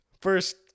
first